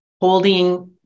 holding